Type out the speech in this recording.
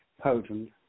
potent